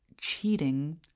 cheating